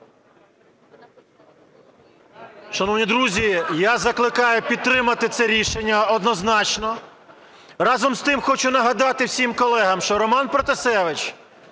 Шановні друзі, я закликаю підтримати це рішення однозначно. Разом з тим хочу нагадати всім колегам, що Роман Протасевич